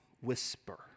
whisper